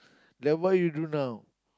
then what you do now